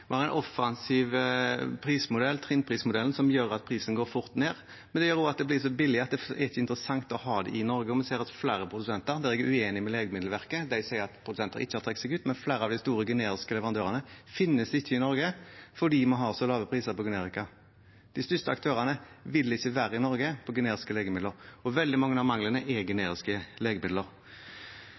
Vi har en offensiv prismodell, trinnprismodellen, som gjør at prisen går fort ned, men også at det blir så billig at det ikke er interessant å ha det i Norge. Jeg er uenig med Legemiddelverket. De sier produsenter ikke har trukket seg ut, men flere av de store generiske leverandørene finnes ikke i Norge fordi vi har så lave priser på generika. De største aktørene innen generiske legemidler vil ikke være i Norge. Veldig mange av manglene er generiske legemidler. Hvis en ser på tallene, er